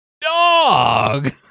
Dog